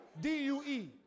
D-U-E